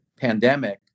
pandemic